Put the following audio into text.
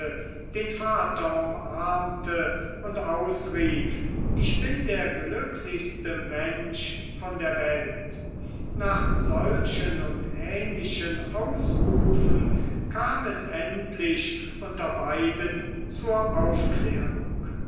den vater umarmte und ausrief ich bin der glücklichste mensch von der welt nach solchen und ähnlichen ausrufen kam es endlich unter beiden zur aufklärung